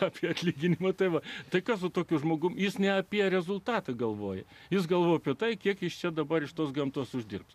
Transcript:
teks atlyginti matai va tai ką su tokiu žmogumi jis ne apie rezultatą galvoja jis galvoja apie tai kiek jis čia dabar iš tos gamtos uždirbti